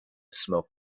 smoke